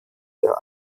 der